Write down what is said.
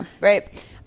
right